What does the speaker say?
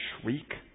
shriek